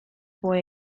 boy